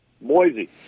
Boise